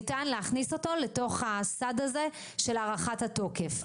מי כן ניתן להכניס אותו לתוך הסד הזה של הארכת התוקף.